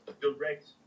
direct